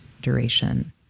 duration